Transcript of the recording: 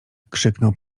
krzyknął